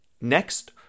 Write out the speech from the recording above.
Next